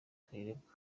kayirebwa